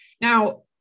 Now